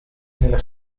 nella